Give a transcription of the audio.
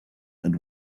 and